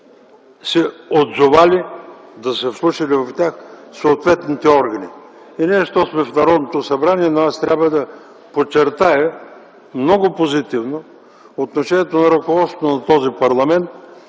да не са се вслушали и отзовали съответните органи. И не защото сме в Народното събрание, аз трябва да подчертая много позитивно отношението на ръководството на този парламент,